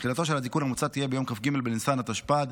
תחילתו של התיקון המוצע תהיה ביום כ"ג בניסן התשפ"ד,